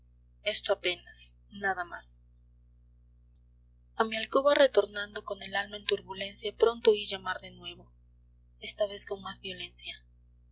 esto apenas nada más a mi alcoba retornando con el alma en turbulencia pronto oí llamar de nuevo esta vez con más violencia